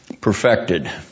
perfected